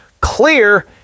clear